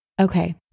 Okay